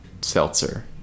seltzer